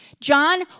John